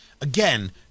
Again